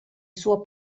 suo